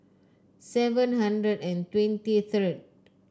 seven hundred and twenty third